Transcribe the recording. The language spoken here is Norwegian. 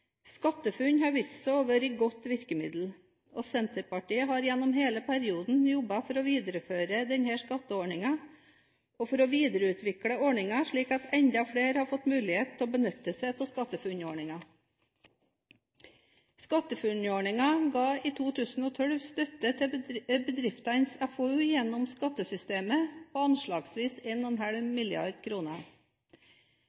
SkatteFUNN har vist seg å være et godt virkemiddel, og Senterpartiet har gjennom hele perioden jobbet for å videreføre og videreutvikle denne skatteordningen, slik at enda flere har fått mulighet til å benytte seg av den. SkatteFUNN-ordningen ga i 2012 støtte til bedriftenes FoU gjennom skattesystemet på anslagsvis